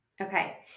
Okay